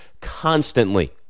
constantly